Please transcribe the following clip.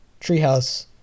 treehouse